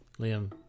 Liam